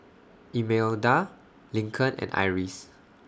Imelda Lincoln and Iris